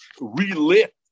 relit